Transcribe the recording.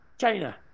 China